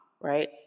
right